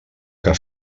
que